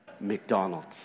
McDonald's